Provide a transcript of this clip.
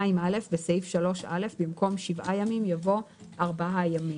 2א. בסעיף 3א, במקום שבעה ימים יבוא ארבעה ימים.